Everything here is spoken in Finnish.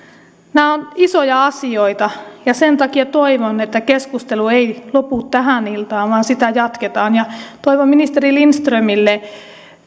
nämä ovat isoja asioita ja sen takia toivon että keskustelu ei lopu tähän iltaan vaan sitä jatketaan toivon ministeri lindströmille